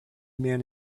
man